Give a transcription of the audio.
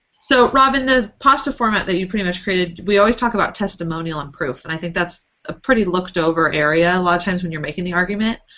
so, robb, in the pasta format that you pretty much created, we always talk about testimonial and proof. and i think that's a pretty looked over area a lot of times when you're making the argument.